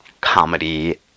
comedy